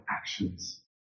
actions